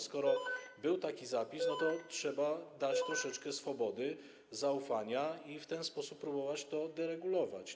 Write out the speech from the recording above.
Skoro był taki zapis, to trzeba dać troszeczkę swobody, zaufania i w ten sposób próbować to deregulować.